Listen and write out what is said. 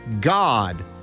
God